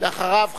ואחריו,